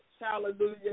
Hallelujah